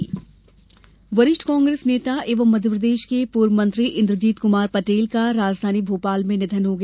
निघन वरिष्ठ कांग्रेस नेता एवं मध्यप्रदेश के पूर्व मंत्री इंद्रजीत कुमार पटेल का राजधानी भोपाल में निघन हो गया